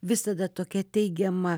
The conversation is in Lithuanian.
visada tokia teigiama